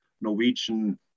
Norwegian